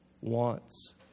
wants